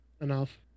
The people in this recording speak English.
Enough